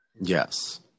Yes